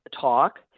talk